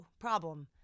problem